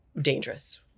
dangerous